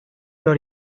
your